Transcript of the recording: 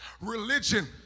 religion